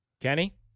Kenny